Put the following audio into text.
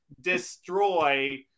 destroy